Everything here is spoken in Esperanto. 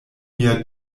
mia